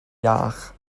iach